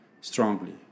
strongly